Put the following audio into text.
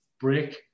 break